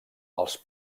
els